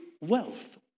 wealth